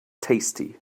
tasty